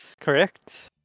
correct